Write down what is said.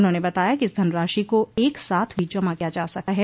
उन्होंने बताया कि इस धनराशि को एक साथ भी जमा किया जा सकता है